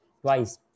twice